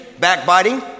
backbiting